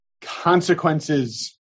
consequences